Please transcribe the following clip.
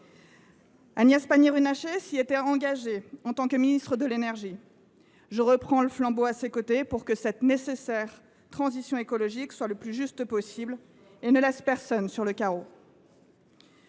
Agnès Pannier Runacher s’y était engagée en tant que ministre de la transition énergétique. Je reprends le flambeau, à ses côtés, pour que cette nécessaire transition écologique soit la plus juste possible et ne laisse personne sur le carreau.